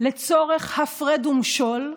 לצורך הפרד ומשול.